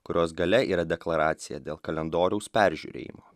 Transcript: kurios gale yra deklaracija dėl kalendoriaus peržiūrėjimo